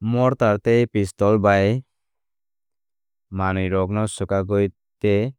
Mortar tei pestle bai manwirokno swkakwi tei